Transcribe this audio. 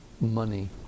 money